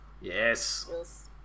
Yes